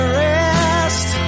rest